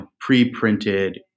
pre-printed